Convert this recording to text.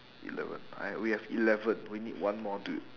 eleven alright we have eleven we need one more dude